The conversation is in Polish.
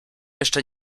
jeszcze